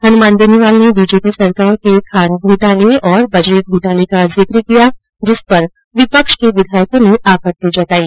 हनुमान बेनीवाल ने बीजेपी सरकार के खान घोटाले और बजरी घोटाले का जिक्र किया जिस पर विपक्ष के विधायकों ने आपत्ति जतायी